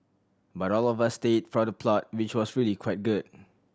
but all of us stayed for the plot which was really quite good